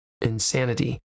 insanity